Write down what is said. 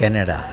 Canada